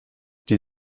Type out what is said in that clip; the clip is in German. die